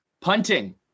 punting